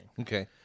okay